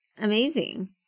amazing